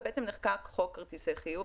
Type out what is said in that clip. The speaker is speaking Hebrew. ובעצם נחקק חוק כרטיסי חיוב,